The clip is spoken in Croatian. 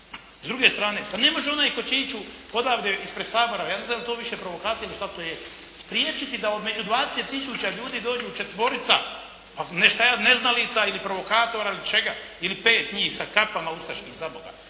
S druge strane, pa ne može onaj koji će ići odavde ispred Sabora, ja ne znam je li to više provokacija ili šta to je spriječiti da između 20 tisuća ljudi dođu četvorica, neznalica ili provokatora ili čega, ili pet njih sa kapama ustaških, za Boga.